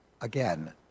Again